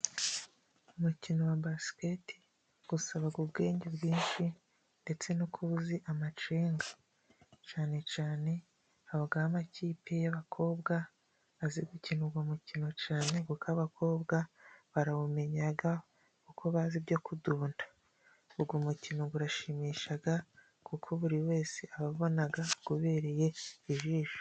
Umukino wa basiketi usaba ubwenge bwinshi ndetse no kuba uzi amacenga, cyane cyane habaho amakipe y'abakobwa azi gukina uwo mukino cyane kuko abakobwa barawumenya kuko bazi ibyo kudunda. Uwo mukino urashimisha kuko buri wese ababona ubereye ijisho.